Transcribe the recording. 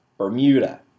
Bermuda